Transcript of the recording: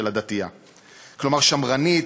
כלומר שמרנית,